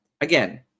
again